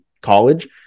college